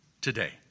today